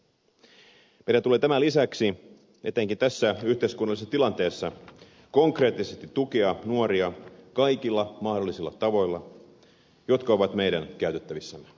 meidän tulee tämän lisäksi etenkin tässä yhteiskunnallisessa tilanteessa konkreettisesti tukea nuoria kaikilla mahdollisilla tavoilla jotka ovat meidän käytettävissämme